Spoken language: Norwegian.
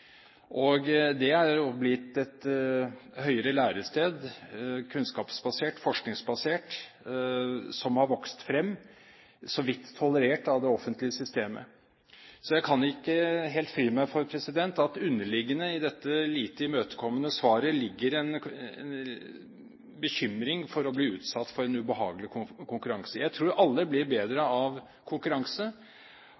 distribusjon. Det er jo blitt et høyere lærested, kunnskapsbasert og forskningsbasert, som har vokst frem, så vidt tolerert av det offentlige systemet. Så jeg kan ikke helt fri meg for at underliggende i dette lite imøtekommende svaret er det en bekymring for å bli utsatt for en ubehagelig konkurranse. Jeg tror alle blir bedre